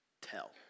tell